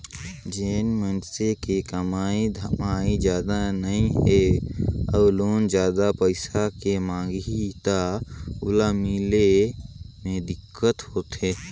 जेन मइनसे के कमाई धमाई जादा नइ हे अउ लोन जादा पइसा के मांग ही त ओला मिले मे दिक्कत होथे